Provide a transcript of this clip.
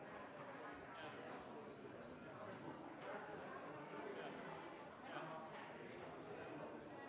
jeg